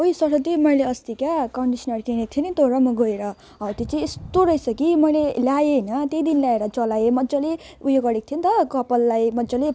ओइ सलो दिदी मैले अस्ति क्या कन्डिसनर किनेको थिएँ नि तँ र म गएर हौ त्यो चाहिँ यस्तो रहेछ कि मैले लगाएँ होइन त्यही दिन ल्याएर चलाएँ मजाले उयो गरेको थिएँ नि त कपाललाई मजाले